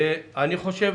אני חושב